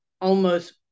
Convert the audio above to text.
almost-